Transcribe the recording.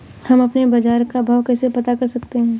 हम अपने बाजार का भाव कैसे पता कर सकते है?